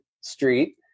Street